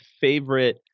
favorite